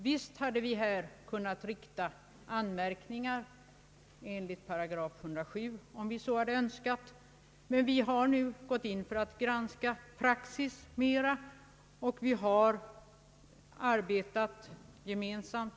Visst hade vi kunnat rikta anmärkningar enligt § 107 om vi så hade önskat, men nu har vi gått in för att mera granska praxis och strävat att uppnå enighet.